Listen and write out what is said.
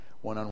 one-on-one